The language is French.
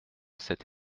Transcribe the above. cette